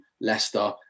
Leicester